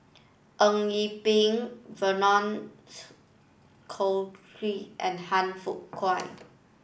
Eng Yee Peng Vernon Cornelius and Han Fook Kwang